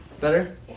Better